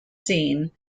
scene